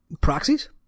Proxies